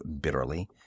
bitterly